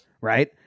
right